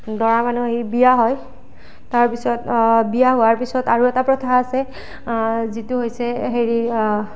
দৰা মানুহ আহি বিয়া হয় তাৰ পিছত বিয়া হোৱাৰ পিছত আৰু এটা প্ৰথা আছে যিটো হৈছে হেৰি